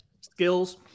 skills